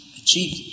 achieve